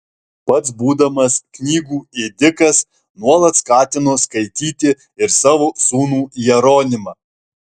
pats būdamas knygų ėdikas nuolat skatino skaityti ir savo sūnų jeronimą